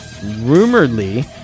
rumoredly